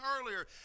earlier